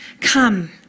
come